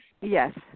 Yes